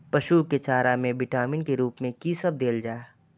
पशु के चारा में विटामिन के रूप में कि सब देल जा?